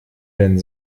denn